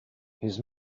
his